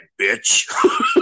bitch